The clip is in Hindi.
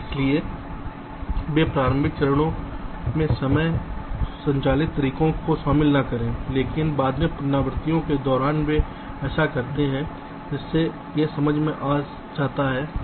इसलिए वे प्रारंभिक चरणों में समय संचालित तरीकों को शामिल न करें लेकिन बाद के पुनरावृत्तियों के दौरान वे ऐसा करते हैं जिससे यह समझ में आता है ठीक है ठीक है